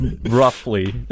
roughly